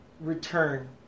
return